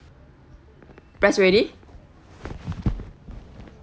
press already